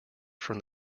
from